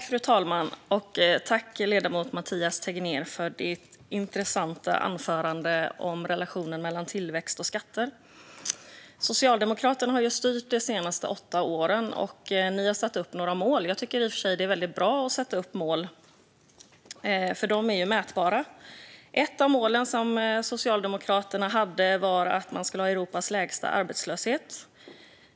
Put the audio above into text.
Fru talman! Tack, ledamoten Mathias Tegnér, för ett intressant anförande om relationen mellan tillväxt och skatter! Socialdemokraterna har styrt de senaste åtta åren. Ni har satt upp några mål. Jag tycker i och för sig att det är bra att sätta upp mål, för de är mätbara. Ett av målen som Socialdemokraterna hade var att man skulle ha Europas lägsta arbetslöshet.